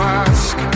ask